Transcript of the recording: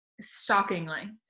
Shockingly